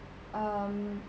um